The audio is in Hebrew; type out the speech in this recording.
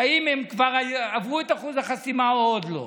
אם הם כבר עברו את אחוז החסימה או עוד לא.